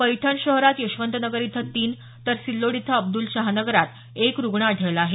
पैठण शहरात यशवंत नगर इथं तीन तर सिल्लोड इथं अब्दुलशहा नगरात एक रुग्ण आढळला आहे